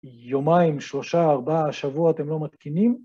יומיים, שלושה, ארבעה, שבוע, אתם לא מתקינים.